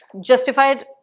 justified